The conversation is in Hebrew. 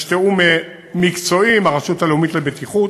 יש תיאום מקצועי עם הרשות הלאומית לבטיחות,